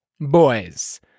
boys